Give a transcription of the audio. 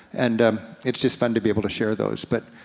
and um it's just fun to be able to share those. but,